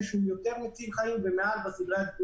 שזה יותר מציל חיים וזה למעלה יותר בסדרי העדיפויות,